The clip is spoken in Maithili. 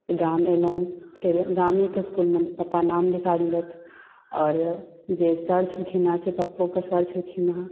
गाम एलहुँ फेर गामेके स्कूलमे पापा नाम लिखा देलथि आओर जे सर छलखिन हेँ से पप्पोके सर छलखिन हे